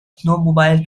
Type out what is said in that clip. snowmobile